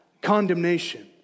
condemnation